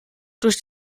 durch